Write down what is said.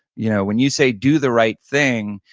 you know when you say do the right thing,